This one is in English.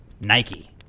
Nike